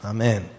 Amen